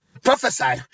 prophesy